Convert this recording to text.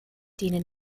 denen